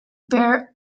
bare